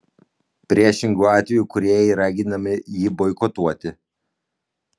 priešingu atveju kūrėjai raginami jį boikotuoti